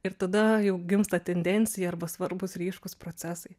ir tada jau gimsta tendencija arba svarbūs ryškūs procesai